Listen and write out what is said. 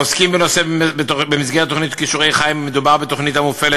עוסקים בנושא במסגרת תוכנית "כישורי חיים" תוכנית המופעלת